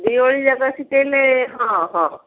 ଦି ଓଳି ଯାକ ଶିଖେଇଲେ ହଁ ହଁ